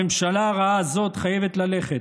הממשלה הרעה הזאת חייבת ללכת.